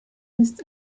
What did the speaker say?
just